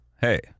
hey